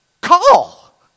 Call